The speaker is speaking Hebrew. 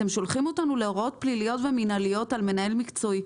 אתם שולחים אותנו להוראות פליליות ומינהליות על מנהל מקצועי,